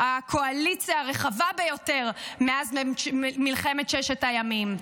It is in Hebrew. הקואליציה הרחבה ביותר מאז מלחמת ששת הימים.